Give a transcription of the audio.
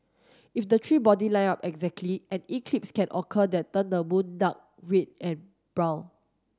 if the three body line up exactly an eclipse can occur that turn the moon dark red and brown